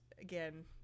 again